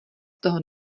toho